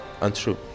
untrue